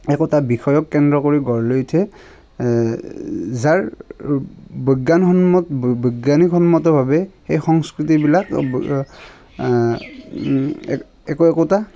একোটা বিষয়ক কেন্দ্ৰ কৰি গঢ় লৈ উঠে যাৰ বৈজ্ঞানসন্মত বৈজ্ঞানিকসন্মতভাৱে সেই সংস্কৃতিবিলাক এক একো একোটা